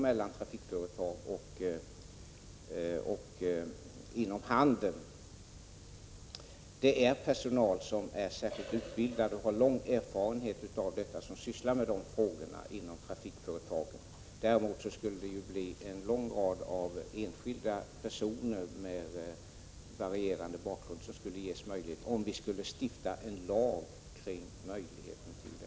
Trafikföretagen har för dessa frågor särskilt utbildad personal med lång erfarenhet. Om det skulle stiftas en lag för handelns område, skulle däremot en lång rad enskilda personer med varierande kvalifikationer få möjlighet att ta ut avgifter.